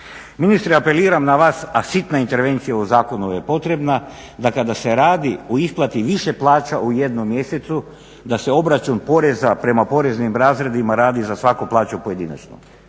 Ministre, apeliram na vas, a sitna intervencija u zakonu je potrebna, da kada se radi o isplati više plaća u jednom mjesecu da se obračun poreza prema poreznim razredima radi za svaku plaću pojedinačno.